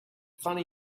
funny